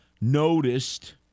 noticed